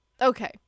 Okay